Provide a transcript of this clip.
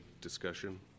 discussion